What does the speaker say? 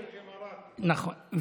נכון.